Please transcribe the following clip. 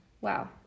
wow